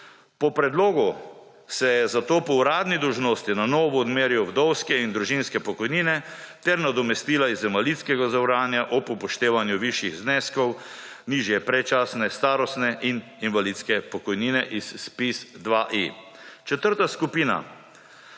Po predlogu se zato po uradni dolžnosti na novo odmerijo vdovske in družinske pokojnine ter nadomestila iz invalidskega zavarovanja ob upoštevanju višjih zneskov, nižje predčasne starostne in invalidske pokojnine iz ZPIZ-2i. Četrta skupina,